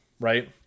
right